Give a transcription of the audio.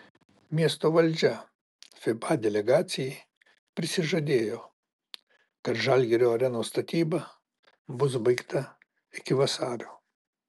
miesto valdžia fiba delegacijai prisižadėjo kad žalgirio arenos statyba bus baigta iki vasario